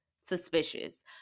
suspicious